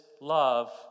love